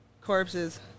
corpses